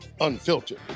Unfiltered